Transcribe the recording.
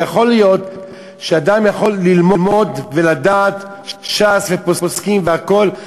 כי יכול להיות שאדם יכול ללמוד ולדעת ש"ס ופוסקים והכול,